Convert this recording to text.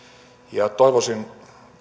toivoisin